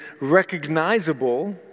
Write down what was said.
recognizable